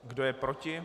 Kdo je proti?